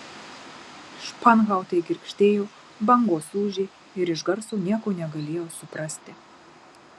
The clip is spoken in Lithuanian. španhautai girgždėjo bangos ūžė ir iš garso nieko negalėjau suprasti